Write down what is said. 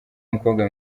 umukobwa